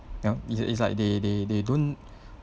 ya it's like they they they don't